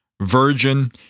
virgin